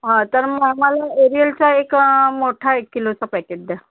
हा तर मग मला एरिअलचा एक मोठा एक किलोचा पॅकेट द्या